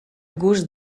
gust